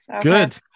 Good